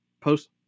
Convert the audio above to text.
post